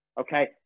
okay